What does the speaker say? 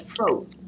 approach